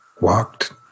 walked